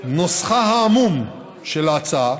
נוסחה העמום של ההצעה